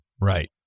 Right